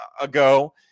ago